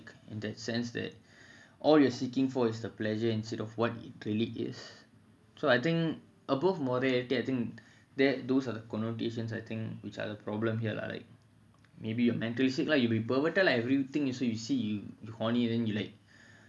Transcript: in that sense that all you're seeking for is the pleasure instead of what it really is so I think above morality I think that those are the connotations I think which are the problem here lah like maybe you mentally sick lah like maybe you're perverted lah everything you see also horny ah